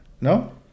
No